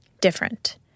different